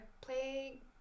play